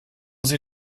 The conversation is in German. sie